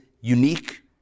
unique